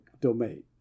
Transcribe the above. domain